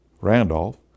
Randolph